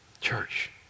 Church